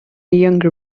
younger